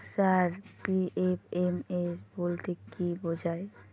Sir PFMS বলতে কি বোঝায়?